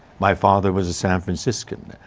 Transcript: my father was a san franciscan.